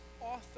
author